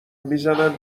میزنن